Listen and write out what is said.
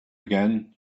again